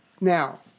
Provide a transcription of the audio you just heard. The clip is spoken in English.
now